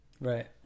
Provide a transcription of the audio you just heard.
Right